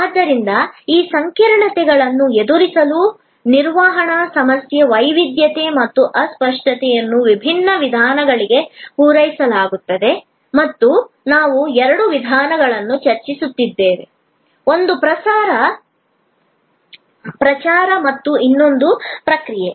ಆದ್ದರಿಂದ ಈ ಸಂಕೀರ್ಣತೆಗಳನ್ನು ಎದುರಿಸಲು ನಿರ್ವಹಣಾ ಸಮಸ್ಯೆ ವೈವಿಧ್ಯತೆ ಮತ್ತು ಅಸ್ಪಷ್ಟತೆಯನ್ನು ವಿಭಿನ್ನ ವಿಧಾನಗಳಿಂದ ಪೂರೈಸಲಾಗುತ್ತದೆ ಮತ್ತು ನಾವು ಎರಡು ವಿಧಾನಗಳನ್ನು ಚರ್ಚಿಸುತ್ತಿದ್ದೇವೆ ಒಂದು ಪ್ರಚಾರ ಮತ್ತು ಇನ್ನೊಂದು ಪ್ರಕ್ರಿಯೆ